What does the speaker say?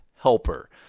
Helper